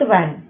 one